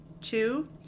Two